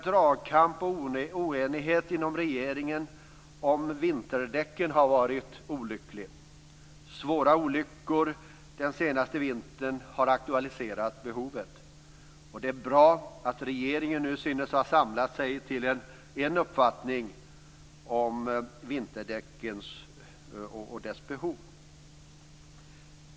Dragkampen och oenigheten i regeringen om vinterdäcken har varit olycklig. Svåra olyckor den senaste vintern har aktualiserat behovet. Det är bra att regeringen synes ha samlat sig till en uppfattning om behoven av vinterdäck.